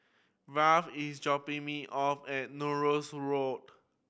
Val is dropping me off at Norris Road